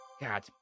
God